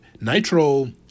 Nitro